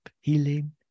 healing